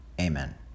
Amen